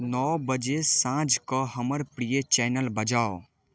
नओ बजे साँझ कऽ हमर प्रिय चैनल बजाउ